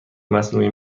مصنوعی